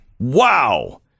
wow